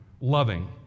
loving